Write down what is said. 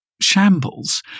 shambles